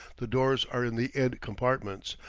the doors are in the end compartments,